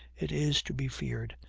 it is to be feared,